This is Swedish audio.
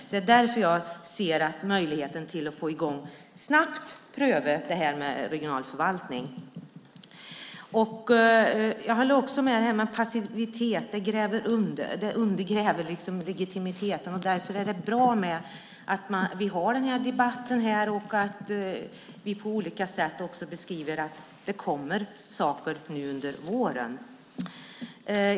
Det är därför jag ser ett försök som en möjlighet att snabbt få i gång och pröva regional förvaltning. Jag håller också med om att passivitet undergräver legitimiteten. Därför är det bra att vi för den här debatten nu och att vi på olika sätt beskriver att det kommer saker under våren.